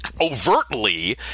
overtly